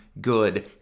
good